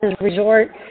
Resort